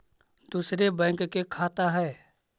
दुसरे बैंक के खाता हैं?